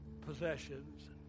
possessions